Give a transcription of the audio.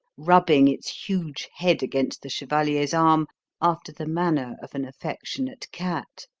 rubbing its huge head against the chevalier's arm after the manner of an affectionate cat.